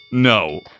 No